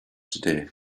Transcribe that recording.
today